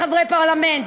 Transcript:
חברי חברי הכנסת הערבים,